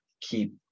keep